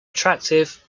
attractive